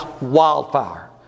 wildfire